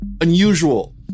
unusual